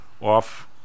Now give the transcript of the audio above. off